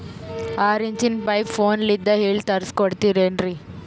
ಆರಿಂಚಿನ ಪೈಪು ಫೋನಲಿಂದ ಹೇಳಿ ತರ್ಸ ಕೊಡ್ತಿರೇನ್ರಿ?